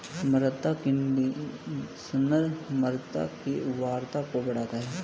मृदा कंडीशनर मृदा की उर्वरता को बढ़ाता है